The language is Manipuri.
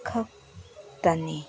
ꯈꯛꯇꯅꯤ